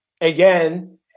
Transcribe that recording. again